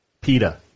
PETA